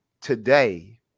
today